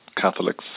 Catholics